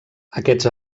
aquests